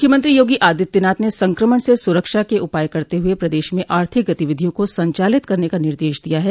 मुख्यमंत्री योगी आदित्यनाथ ने संक्रमण से सुरक्षा के उपाय करते हुए प्रदश में आर्थिक गतिविधियों को संचालित करने का निर्देश दिया है